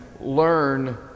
learn